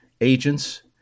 agents